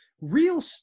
real